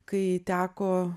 kai teko